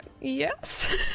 Yes